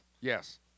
yes